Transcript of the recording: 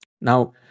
Now